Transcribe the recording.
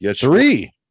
Three